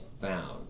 found